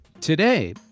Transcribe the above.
Today